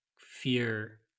fear